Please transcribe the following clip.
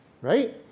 Right